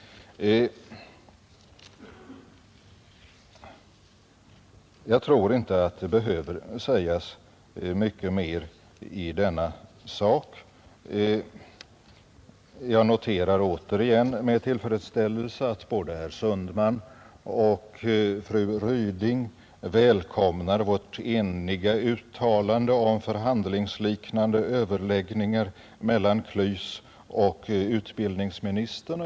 Jag tror inte att det behöver sägas så mycket mer i denna sak. Jag noterar återigen med tillfredsställelse att både herr Sundman och fru Ryding välkomnar vårt eniga uttalande om förhandlingsliknande överläggningar mellan KLYS och utbildningsministern.